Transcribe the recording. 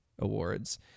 Awards